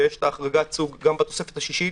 ויש החרגת סוג גם בתוספת השישית,